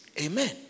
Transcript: Amen